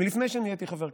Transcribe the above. מלפני שנהייתי חבר כנסת,